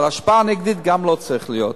אבל השפעה נגדית גם לא צריכה להיות,